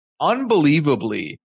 unbelievably